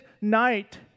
night